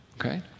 Okay